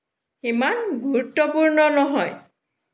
ইমান গুৰুত্বপূৰ্ণ নহয়